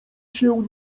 się